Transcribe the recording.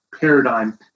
paradigm